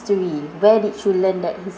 ~tory where did you learn that his~